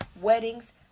weddings